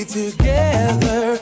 together